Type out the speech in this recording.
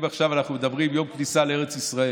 אם עכשיו אנחנו מדברים על יום הכניסה לארץ ישראל: